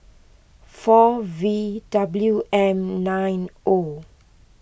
four V W M nine O